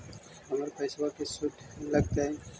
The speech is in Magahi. हमर पैसाबा के शुद्ध लगतै?